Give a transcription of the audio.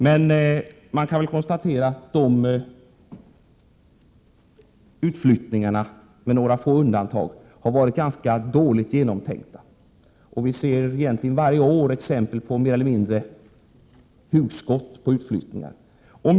Man kan emellertid konstatera att de utflyttningarna med några få undantag har varit ganska dåligt genomtänkta. Vi ser egentligen varje år exempel på utflyttningar som mer eller mindre tycks vara hugskott.